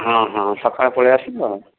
ହଁ ହଁ ସକାଳେ ପଳେଇ ଆସିବ